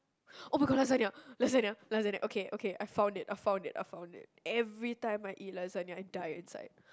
[oh]-my-god lasagne lasagne lasagne okay okay I found it I found it I found it every time I eat lasagne I die inside